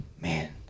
Man